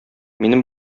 минем